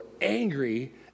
angry